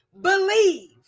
Believe